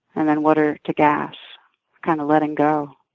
and then water to gas kind of letting go.